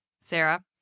Sarah